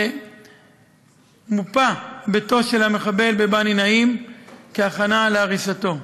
מופה ביתו של המחבל בבני-נעים כהכנה להריסתו,